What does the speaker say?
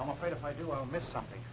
i'm afraid if i do i'll miss something